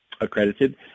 accredited